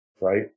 right